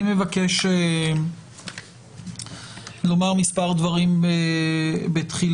אני מבקש לומר מספר דברים בתחילת